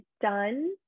done